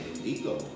Ego